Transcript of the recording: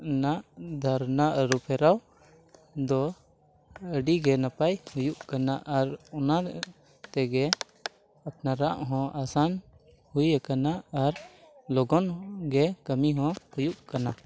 ᱱᱟᱜ ᱫᱷᱟᱨᱱᱟ ᱟᱹᱨᱩᱯᱷᱮᱨᱟᱣ ᱫᱚ ᱟᱹᱰᱤᱜᱮ ᱱᱟᱯᱟᱭ ᱦᱩᱭᱩᱜ ᱠᱟᱱᱟ ᱟᱨ ᱚᱱᱟ ᱛᱮᱜᱮ ᱟᱯᱱᱨᱟᱜ ᱦᱚᱸ ᱟᱥᱟᱱ ᱦᱩᱭᱟᱠᱟᱱᱟ ᱟᱨ ᱞᱚᱜᱚᱱ ᱜᱮ ᱠᱟᱹᱢᱤ ᱦᱚᱸ ᱦᱩᱭᱩᱜ ᱠᱟᱱᱟ